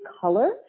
color